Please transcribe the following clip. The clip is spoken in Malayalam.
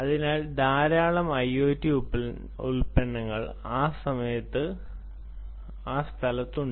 അതിനാൽ ധാരാളം IoT ഉൽപ്പന്നങ്ങൾ ഉണ്ട്